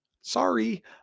Sorry